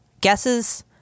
guesses